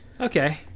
Okay